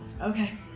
Okay